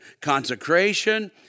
consecration